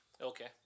Okay